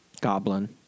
Goblin